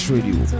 Radio